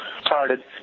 started